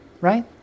right